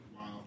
Wow